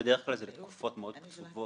זה בדרך כלל תקופות מאוד קצובות.